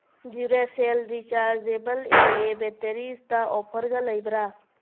Duracell rechargeable A A ꯕꯦꯇ꯭ꯔꯤꯁꯇ ꯑꯣꯐꯔꯒ ꯂꯩꯕ꯭ꯔꯥ